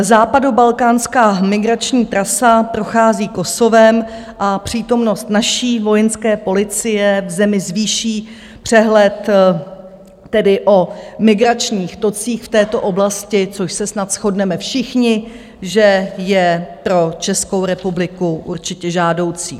Západobalkánská migrační trasa prochází Kosovem a přítomnost naší vojenské policie v zemi zvýší tedy přehled o migračních tocích v této oblasti, což se snad shodneme všichni, že je pro Českou republiku určitě žádoucí.